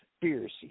conspiracy